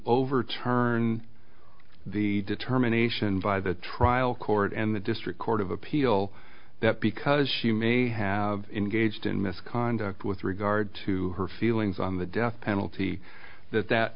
overturn the determination by the trial court and the district court of appeal that because she may have engaged in misconduct with regard to her feelings on the death penalty that that